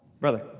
Brother